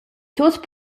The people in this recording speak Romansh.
tut